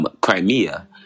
Crimea